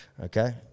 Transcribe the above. okay